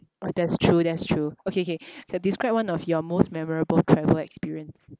that's true that's true okay K describe one of your most memorable travel experience